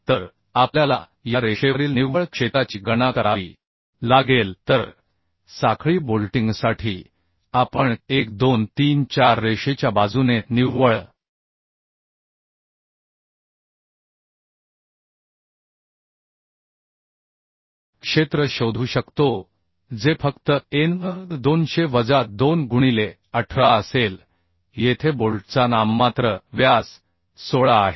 तर आपल्याला या रेषेवरील निव्वळ क्षेत्राची गणना करावी लागेल तर साखळी बोल्टिंगसाठी आपण 1 2 3 4 रेषेच्या बाजूने निव्वळ क्षेत्र शोधू शकतो जे फक्त a n 200 वजा 2 गुणिले 18 असेल येथे बोल्टचा नाममात्र व्यास 16 आहे